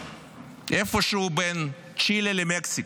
איפשהו בין צ'ילה למקסיקו.